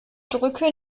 drücke